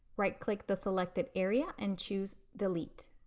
right click the selected area and choose delete.